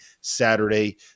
Saturday